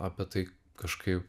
apie tai kažkaip